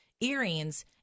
earrings